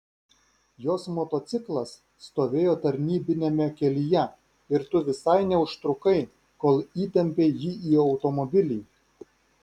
jos motociklas stovėjo tarnybiniame kelyje ir tu visai neužtrukai kol įtempei jį į automobilį